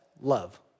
love